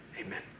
amen